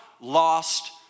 lost